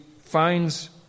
finds